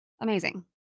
amazing